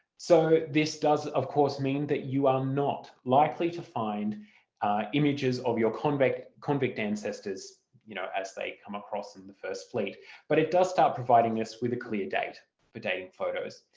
so this does of course mean that you are not likely to find images of your convict convict ancestors you know as they came across in the first fleet but it does start providing us with a clear date for dating photos.